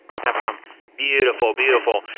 capcom beautiful, beautiful.